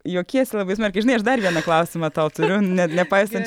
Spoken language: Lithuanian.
juokiesi labai smarkiai žinai aš dar vieną klausimą tau turiu net nepaisant